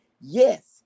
Yes